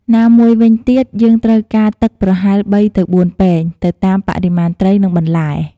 ណាមួយវិញទៀត យើងត្រូវការទឹកប្រហែល ៣-៤ ពែង ទៅតាមបរិមាណត្រី និងបន្លែ។